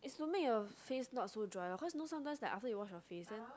is to make your face not to dry lor cause you know sometimes like after you wash your face then